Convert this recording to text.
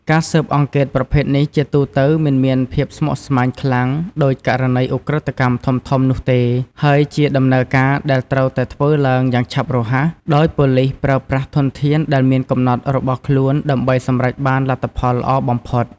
ការស៊ើបអង្កេតប្រភេទនេះជាទូទៅមិនមានភាពស្មុគស្មាញខ្លាំងដូចករណីឧក្រិដ្ឋកម្មធំៗនោះទេ ហើយជាដំណើរការដែលត្រូវតែធ្វើឡើងយ៉ាងឆាប់រហ័ស ដោយប៉ូលិសប្រើប្រាស់ធនធានដែលមានកំណត់របស់ខ្លួនដើម្បីសម្រេចបានលទ្ធផលល្អបំផុត។